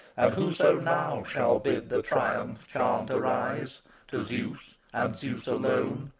and whoso now shall bid the triumph-chant arise to zeus, and zeus alone,